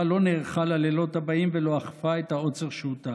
לא נערכה ללילות הבאים ולא אכפה את העוצר שהוטל.